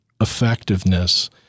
effectiveness